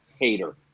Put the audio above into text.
hater